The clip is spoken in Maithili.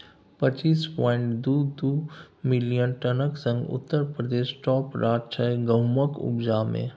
पच्चीस पांइट दु दु मिलियन टनक संग उत्तर प्रदेश टाँप राज्य छै गहुमक उपजा मे